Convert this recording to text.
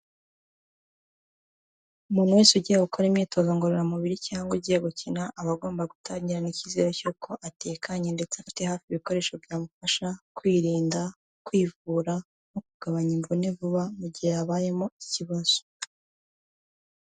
Umuntu wese ugiye gukora imyitozo ngororamubiri cyangwa ugiye gukina, aba agomba gutangirana icyizere cy'uko atekanye ndetse afite hafi ibikoresho byamufasha kwirinda, kwivura no kugabanya imvune vuba, mu gihe habayemo ikibazo.